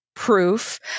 proof